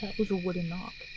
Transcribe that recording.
was a wooden knock.